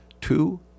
two